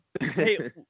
Hey